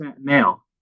male